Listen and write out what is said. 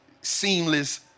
seamless